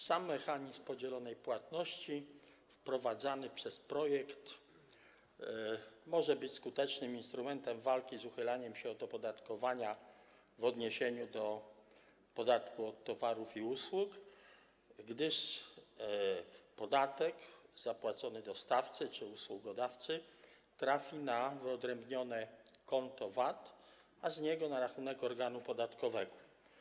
Sam mechanizm podzielonej płatności wprowadzany przez projekt może być skutecznym instrumentem walki z uchylaniem się od opodatkowania w odniesieniu do podatku od towarów i usług, gdyż podatek zapłacony dostawcy czy usługodawcy trafi na wyodrębnione konto VAT, a z niego na rachunek organu podatkowego.